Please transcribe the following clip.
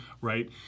right